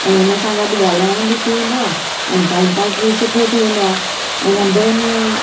ऐं हुन सां गॾु ॻाल्हाइण बि थी वेंदो आहे ऐं टाइम पास बि सुठो थी वेंदो आहे ऐं रंधिणे में